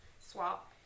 swap